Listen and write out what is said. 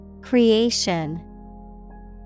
Creation